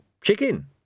chicken